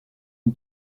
une